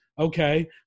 okay